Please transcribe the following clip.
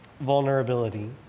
vulnerability